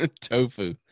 Tofu